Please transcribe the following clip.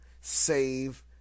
save